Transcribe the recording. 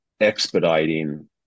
expediting